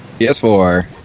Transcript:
PS4